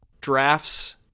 drafts